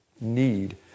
need